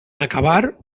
acabar